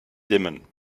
dimmen